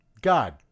God